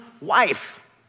wife